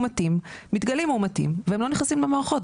אנחנו רואים שמתגלים מאומתים והם לא נכנסים למערכות.